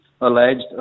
alleged